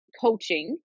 coaching